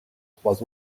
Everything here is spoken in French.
trois